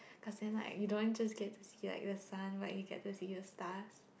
cause then like you don't just get to see like the sun while you get to the staffs